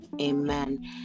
Amen